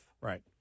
Right